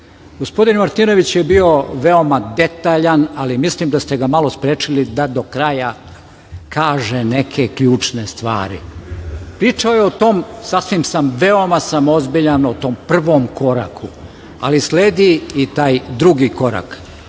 korak. Gospodin Martinović je bio vrlo detaljan, ali mislim da ste ga malo sprečili da do kraja kaže neke ključne stvari. Pričao je o tome, sasvim sam, veoma sam ozbiljan, o tom prvom koraku, ali sledi i taj drugi korak.